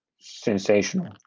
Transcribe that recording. sensational